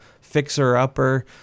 fixer-upper